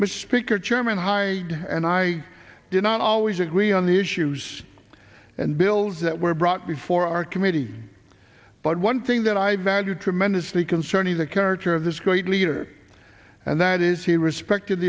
misspeak or chairman hyde and i did not always agree on the issues and bills that were brought before our committee but one thing that i value tremendously concerning the character of this great leader and that is he respected